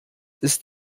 ist